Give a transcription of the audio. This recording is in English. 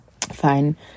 fine